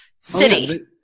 city